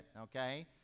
Okay